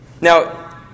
Now